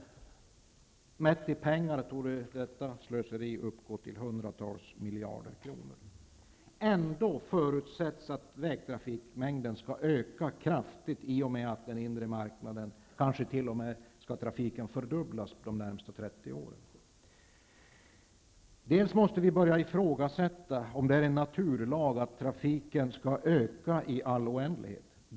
Mätt i pengar torde detta slöseri uppgå till hundratals miljarder kronor. Ändå förutsätts det att vägtrafikmängden skall öka kraftigt i och med utvidgningen av den inre marknaden och kanske t.o.m. fördubblas under de närmaste 30 Dels måste vi börja ifrågasätta om det är en naturlag att trafiken skall öka i all oändlighet.